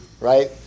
right